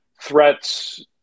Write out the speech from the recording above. threats